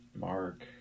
Mark